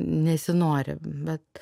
nesinori bet